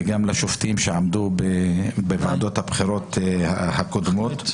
וגם לשופטים שעמדו בוועדות הבחירות הקודמות.